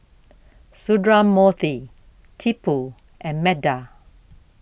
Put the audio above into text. Sundramoorthy Tipu and Medha